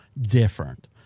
different